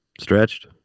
stretched